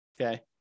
okay